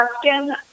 question